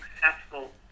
Successful